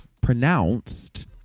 pronounced